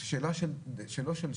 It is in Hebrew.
שאלה של שניות,